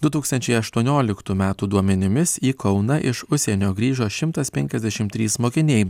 du tūkstančiai aštuonioliktų metų duomenimis į kauną iš užsienio grįžo šimtas penkiasdešimt trys mokiniai